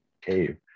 cave